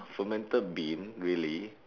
fermented bean really